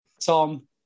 tom